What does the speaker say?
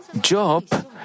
Job